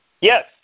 Yes